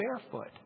barefoot